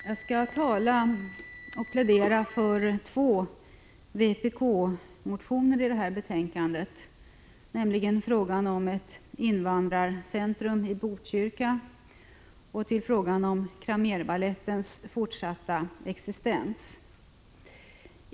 Fru talman! Jag skall plädera för två vpk-motioner som behandlas i detta betänkande, nämligen den som gäller ett invandrarcentrum i Botkyrka och den som handlar om Cramérbalettens fortsatta existens.